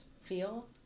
Feel